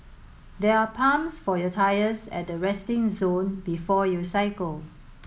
there are pumps for your tyres at the resting zone before you cycle